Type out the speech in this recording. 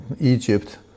Egypt